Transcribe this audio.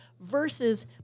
versus